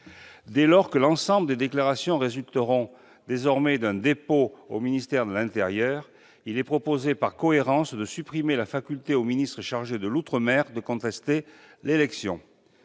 Dès lors que l'ensemble des déclarations résultera désormais d'un dépôt au ministère de l'intérieur, il est proposé, par cohérence, de supprimer la faculté laissée au ministre chargé de l'outre-mer de contester l'élection.